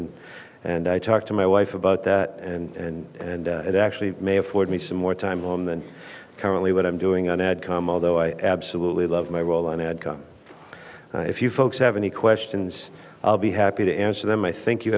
and and i talked to my wife about that and it actually may afford me some more time on the currently what i'm doing an ad come although i absolutely love my role and i'd come if you folks have any questions i'll be happy to answer them i think you